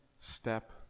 step